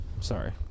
sorry